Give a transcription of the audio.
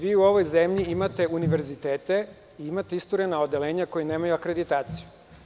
Vi u ovoj zemlji imate univerzitete, imate isturena odeljenja koja nemaju akreditaciju.